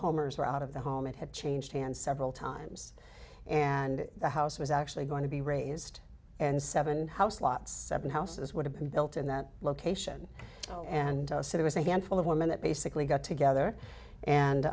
homers were out of the home and had changed hands several times and the house was actually going to be raised and seven house lot seven houses would have been built in that location and it was a handful of women that basically got together and